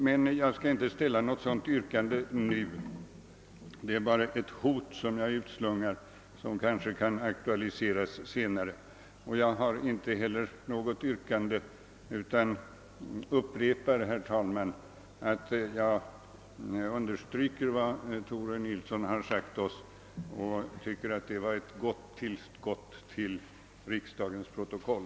Men jag skall inte ställa något yrkande i den riktningen — jag vill på detta sätt bara utslunga ett hot om åtgärder som kan aktualiseras senare. Och jag upprepar, herr talman, mitt understrykande av vad herr Nilsson i Agnäs sagt — synpunkter som jag tycker var ett gott tillskott till kammarens protokoll.